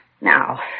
Now